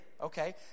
Okay